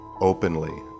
openly